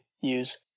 use